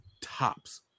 tops